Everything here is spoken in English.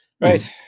right